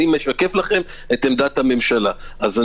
אני